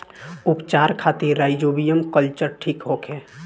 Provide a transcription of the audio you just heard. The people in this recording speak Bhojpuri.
उपचार खातिर राइजोबियम कल्चर ठीक होखे?